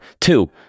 Two